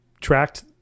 tracked